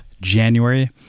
January